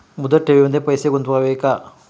मुदत ठेवींमध्ये पैसे गुंतवावे का?